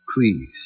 Please